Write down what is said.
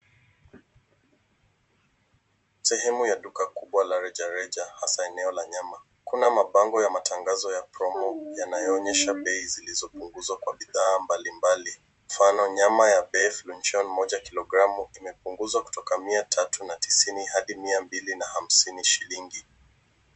Sehemu ya duka kubwa la rejareja hasa eneo la nyama. Kuna mabango ya matangazo ya promo, yanayoonyesha bei zilizopunguzwa kwa bidhaa mbalimbali. Mfano nyama ya beef moja kilogramu imepunguzwa kutoka mia tatu na tisini hadi mia mbili na hamsini shilingi.